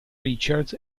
richards